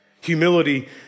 Humility